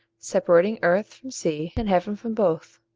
separating earth from sea, and heaven from both.